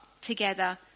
together